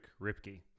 Ripke